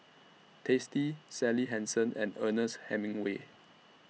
tasty Sally Hansen and Ernest Hemingway